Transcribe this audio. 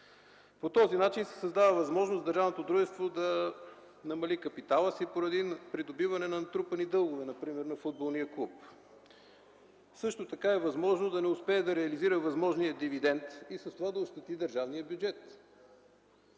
По този начин се създава възможност държавното дружество да намали капитала си поради придобиване на натрупани дългове, например на футболния клуб. Също така е възможно да не успее да реализира възможния дивидент и с това да ощети държавния бюджет.